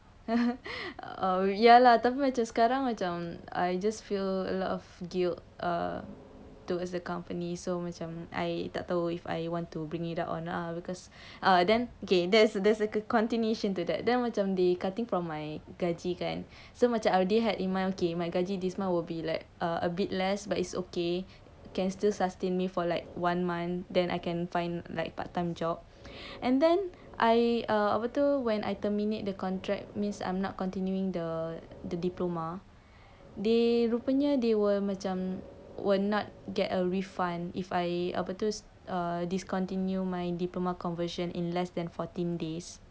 err ya lah doesn't tapi sekarang macam I just feel a lot of guilt err towards the company so macam I tak tahu if I want to bring it up or not ah because err then okay there's a there's a continuation to that then macam they cutting from my gaji kan so macam I already had in mind okay my gaji month will be like a bit less but it's okay you can still sustain me for like one month then I can find like part time job and then I uh apa tu when I terminate the contract means I'm not continuing the the diploma they rupanya they will like macam will not get a refund if I apa tu err discontinue my diploma conversion in less than fourteen days